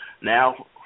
now